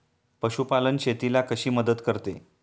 पशुपालन शेतीला कशी मदत करते?